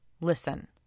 Listen